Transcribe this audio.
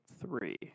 three